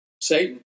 Satan